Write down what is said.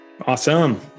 Awesome